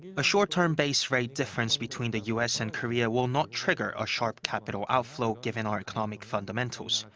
ah a short-term base rate difference between the u s. and korea will not trigger a sharp capital outflow given our economic fundamentals.